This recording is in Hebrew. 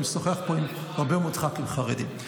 אני משוחח פה עם הרבה מאוד ח"כים חרדים,